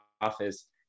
office